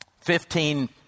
Fifteen